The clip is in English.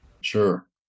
Sure